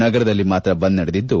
ನಗರದಲ್ಲಿ ಮಾತ್ರ ಬಂದ್ ನಡೆದಿದ್ದು